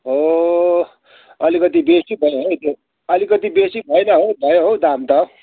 ओ अलिकति बेसी भयो है त्यो अलिकति बेसी भएन हौ भयो हौ दाम त